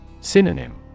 Synonym